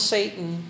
Satan